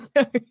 Sorry